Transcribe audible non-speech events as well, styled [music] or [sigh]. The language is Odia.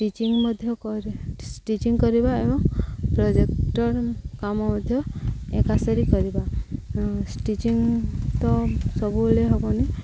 ଷ୍ଟିଚିଂ ମଧ୍ୟ [unintelligible] ଷ୍ଟିଚିଂ କରିବା ଏବଂ ପ୍ରୋଜେକ୍ଟର୍ କାମ ମଧ୍ୟ ଏକାସାରି କରିବା ଷ୍ଟିଚିଂ ତ ସବୁବେଳେ ହବନି